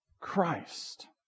Christ